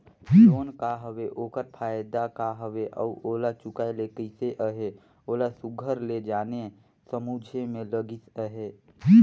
loan का हवे ओकर फएदा का हवे अउ ओला चुकाए ले कइसे अहे ओला सुग्घर ले जाने समुझे में लगिस अहे